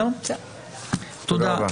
תודה.